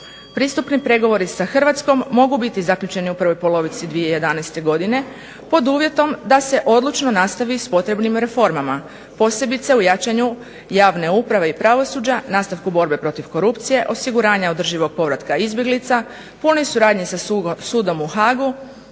Pristupni pregovori sa Hrvatskom mogu biti zaključeni u prvoj polovici 2011. godine, pod uvjetom da se odlučno nastavi s potrebnim reformama, posebice u jačanju javne uprave i pravosuđa, nastavku borbe protiv korupcije, osiguranja održivog povratka izbjeglica, punoj suradnji sa sudom u Haagu,